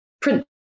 print